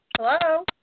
Hello